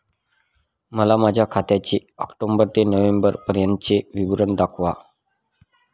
मला माझ्या खात्याचे ऑक्टोबर ते नोव्हेंबर पर्यंतचे विवरण दाखवा